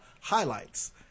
highlights